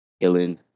killing